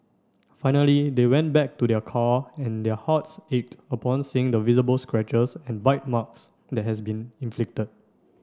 finally they went back to their car and their hearts ached upon seeing the visible scratches and bite marks that has been inflicted